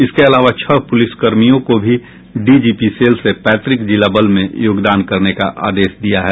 इसके अलावा छह पुलिसकर्मियों को भी डीजीपी सेल से पैतृक जिला बल में योगदान करने का आदेश दिया है